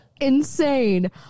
insane